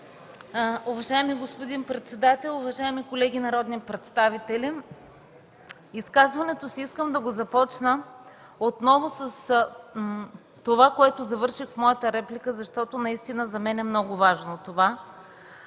Уважаеми господин председател, уважаеми колеги народни представители! Изказването си искам да го започна отново с това, с което завърших моята реплика, защото наистина за мен то е много важно.